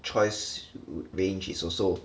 choice range is also